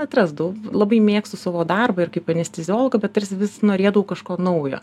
atrasdavau labai mėgstu savo darbą ir kaip anesteziologo bet tarsi vis norėdavau kažko naujo